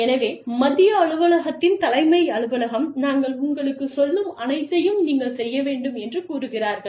எனவே மத்திய அலுவலகத்தின் தலைமை அலுவலகம் நாங்கள் உங்களுக்குச் சொல்லும் அனைத்தையும் நீங்கள் செய்ய வேண்டும் என்று கூறுகிறார்கள்